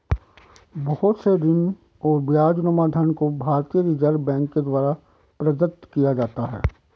बहुत से ऋण और ब्याजनुमा धन को भारतीय रिजर्ब बैंक के द्वारा प्रदत्त किया जाता है